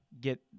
get